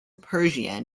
persian